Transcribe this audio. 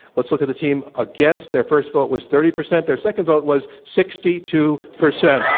let's look at the team against. their first vote was thirty percent. their second vote was sixty two percent.